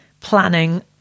planning